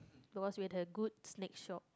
it was with a good snake shop